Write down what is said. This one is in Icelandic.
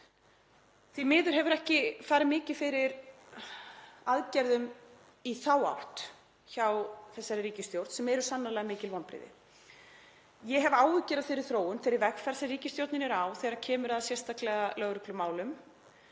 Því miður hefur ekki farið mikið fyrir aðgerðum í þá átt hjá þessari ríkisstjórn sem eru sannarlega mikil vonbrigði. Ég hef áhyggjur af þeirri þróun, þeirri vegferð sem ríkisstjórnin er á, sérstaklega þegar kemur